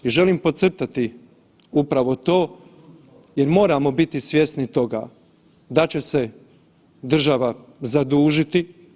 I želim podcrtati upravo to jer moramo biti svjesni toga da će se država zadužiti.